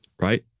Right